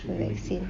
vaccine